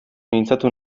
mintzatu